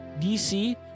DC